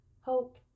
Hope